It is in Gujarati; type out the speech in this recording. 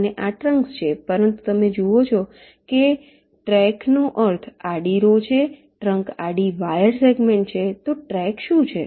અને આ ટ્રંક્સ છે પરંતુ તમે જુઓ છો કે ટ્રેકનો અર્થ આડી રૉ છે ટ્રંક આડી વાયર સેગમેન્ટ છે તો ટ્રેક શું છે